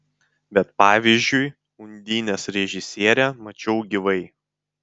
bet pavyzdžiui undinės režisierę mačiau gyvai